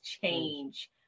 change